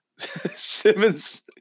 Simmons